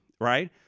right